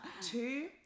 Two